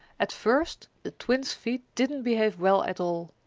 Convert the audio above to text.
at first the twins' feet didn't behave well at all.